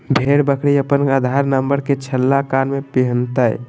भेड़ बकरी अपन आधार नंबर के छल्ला कान में पिन्हतय